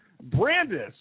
Brandis